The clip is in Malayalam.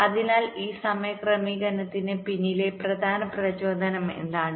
അതിനാൽ ഈ ടൈം ക്ലോഷറിന് പിന്നിലെ പ്രധാന പ്രചോദനം എന്താണ്